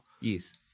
Yes